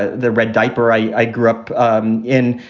ah the red diaper i grew up um in.